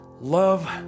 love